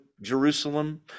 Jerusalem